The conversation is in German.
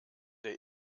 der